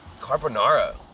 carbonara